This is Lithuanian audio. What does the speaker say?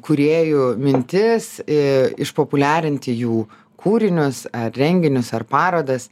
kūrėjų mintis išpopuliarinti jų kūrinius ar renginius ar parodas